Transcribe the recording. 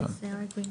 גרינברג.